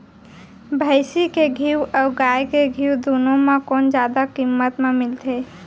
भैंसी के घीव अऊ गाय के घीव दूनो म कोन जादा किम्मत म मिलथे?